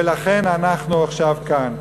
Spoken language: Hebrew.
ולכן אנחנו עכשיו כאן.